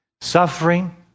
suffering